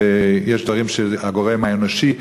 ויש דברים שבהם זה הגורם האנושי,